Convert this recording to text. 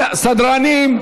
סדרנים.